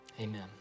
Amen